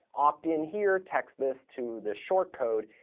opt in here, text this to the short code.